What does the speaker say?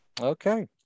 Okay